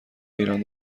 ایران